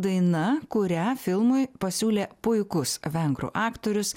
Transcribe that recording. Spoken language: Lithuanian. daina kurią filmui pasiūlė puikus vengrų aktorius